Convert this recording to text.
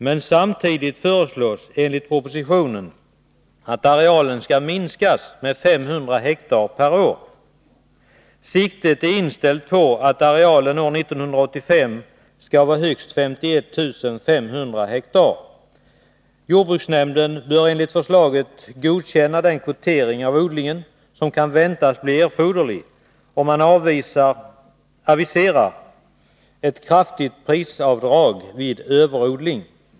Men samtidigt föreslås i propositionen att arealen skall minskas med 500 hektar per år. Siktet är inställt på att arealen år 1985 skall vara högst 51 500 hektar. Jordbruksnämnden bör enligt förslaget godkänna den kvotering av odlingen som kan väntas bli erforderlig, och man aviserar ett kraftigt prisavdrag vid överodling.